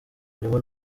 harimo